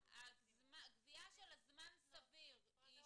המשפטים --- קביעה של זמן סביר --- זה